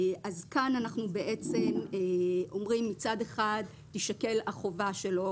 כאן אנחנו אומרים שמצד אחד תישקל החובה שלו,